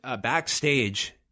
backstage